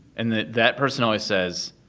and that that person always says,